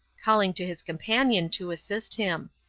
calling to his companion to assist him.